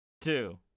two